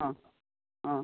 ആ ആ